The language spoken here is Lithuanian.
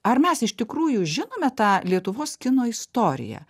ar mes iš tikrųjų žinome tą lietuvos kino istoriją